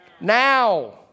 Now